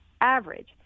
average